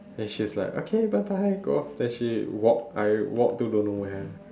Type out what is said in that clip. and she is like okay bye bye go off then she walk I walk to don't know where